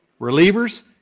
relievers